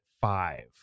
five